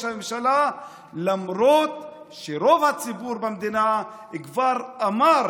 הממשלה למרות שרוב הציבור במדינה כבר אמר